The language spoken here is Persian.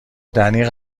دنی